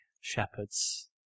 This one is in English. shepherds